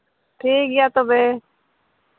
ᱴᱷᱤᱠ ᱜᱮᱭᱟ ᱛᱚᱵᱮ